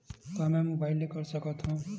का मै मोबाइल ले कर सकत हव?